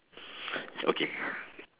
okay